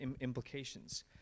implications